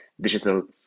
digital